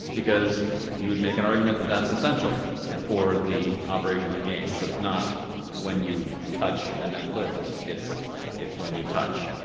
because you would make an argument that that's essential for the operation of the game. so it's not when you touch and then lift. it's it's when you touch.